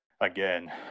again